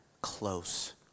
close